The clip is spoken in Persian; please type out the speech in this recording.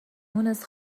مونس